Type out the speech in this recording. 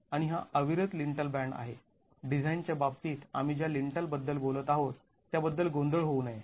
आणि हा अविरत लिन्टल बॅन्ड आहे डिझाईन च्या बाबतीत आम्ही ज्या लिन्टल बद्दल बोलत आहोत त्याबद्दल गोंधळ होऊ नये